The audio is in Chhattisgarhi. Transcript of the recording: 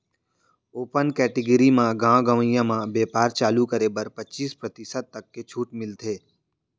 ओपन केटेगरी म गाँव गंवई म बेपार चालू करे बर पचीस परतिसत तक के छूट मिलथे